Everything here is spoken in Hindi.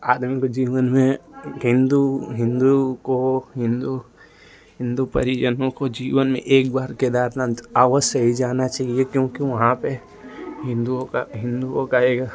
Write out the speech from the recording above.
आदमी के जीवन में हिन्दू हिन्दू को हिन्दू हिन्दू परिज़नों को जीवन में एक बार केदारनाथ अवश्य ही जाना चाहिए क्योंकि वहाँ पर हिन्दुओं का हिन्दुओं का एक